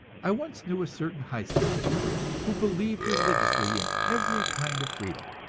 i once knew a certain high school teacher, who believed religiously in every kind of freedom.